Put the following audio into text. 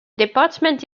department